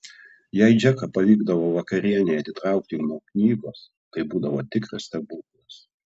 jei džeką pavykdavo vakarienei atitraukti nuo knygos tai būdavo tikras stebuklas